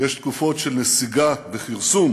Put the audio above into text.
יש תקופות של נסיגה וכרסום